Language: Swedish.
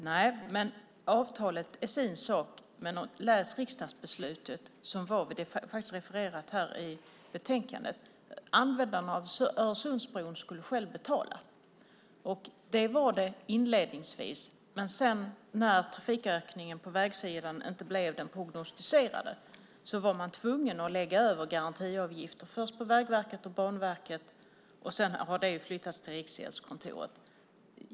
Fru talman! Avtalet är sin sak, men läs riksdagsbeslutet som faktiskt refererades i betänkandet! Användarna av Öresundsbron skulle själva betala. Så var det inledningsvis, men sedan, när trafikökningen på vägsidan inte blev den prognostiserade, var man tvungen att lägga över garantiavgifter, först på Vägverket och Banverket. Sedan har detta flyttats till Riksgäldskontoret.